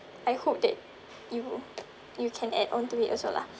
I hope that you you can add onto it also lah